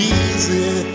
easy